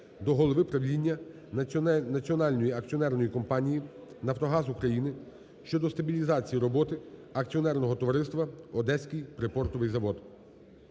до голови правління Національної акціонерної компанії "Нафтогаз України" щодо стабілізації роботи акціонерного товариства "Одеський припортовий завод".